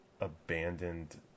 abandoned